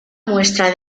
muestra